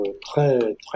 très